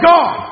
God